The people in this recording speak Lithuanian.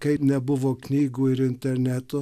kai nebuvo knygų ir internetų